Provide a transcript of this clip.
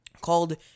called